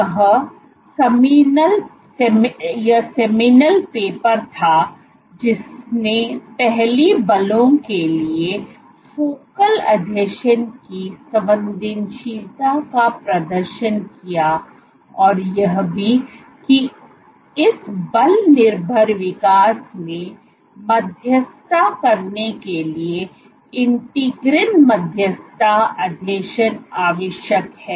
यह seminal paper था जिसने पहले बलों के लिए फोकल आसंजन की संवेदनशीलता का प्रदर्शन किया और यह भी कि इस बल निर्भर विकास में मध्यस्थता करने के लिए इंटीग्रिन मध्यस्थता आसंजन आवश्यक हैं